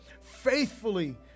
faithfully